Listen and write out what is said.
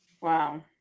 Wow